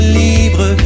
libre